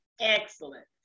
Excellent